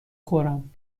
خورم